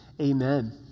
Amen